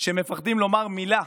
פוחדים לומר מילה